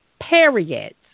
period